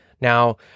Now